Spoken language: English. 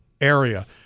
area